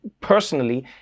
personally